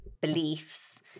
beliefs